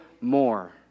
more